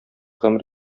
гомер